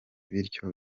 bityo